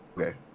okay